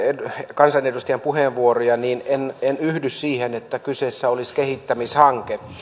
kansanedustajien puheenvuoroja niin en en yhdy siihen että kyseessä olisi kehittämishanke